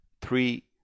three